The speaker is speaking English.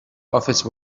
office